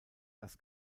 das